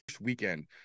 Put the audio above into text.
weekend